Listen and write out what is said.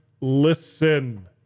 listen